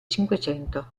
cinquecento